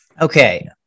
Okay